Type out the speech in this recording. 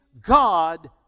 God